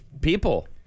people